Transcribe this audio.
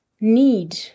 need